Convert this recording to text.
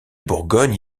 bourgogne